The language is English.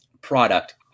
product